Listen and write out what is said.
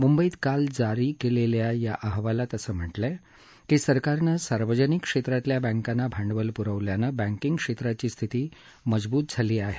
मुंबईत काल जारी केलेल्या या अहवालात असं म्हटलं आहे की सरकारनं सार्वजनिक क्षेत्रातल्या बँकांना भांडवल पुरवल्यानं बँकिग क्षेत्राची स्थिती मजबूत झाली आहे